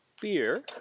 beer